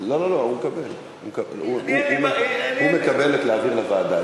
הוא מקבל את הבקשה להעביר לוועדה.